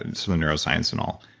and some neuroscience and all.